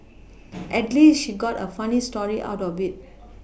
at least she got a funny story out of it